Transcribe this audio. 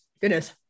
Goodness